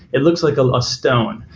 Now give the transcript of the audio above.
it looks like a ah stone.